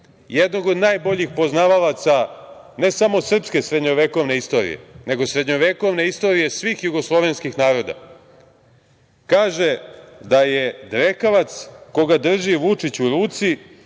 jednog od najboljih poznavalaca ne samo srpske srednjovekovne istorije, nego srednjovekovne istorije svih jugoslovenskih naroda, kaže da je drekavac koga drži Vučić u ruci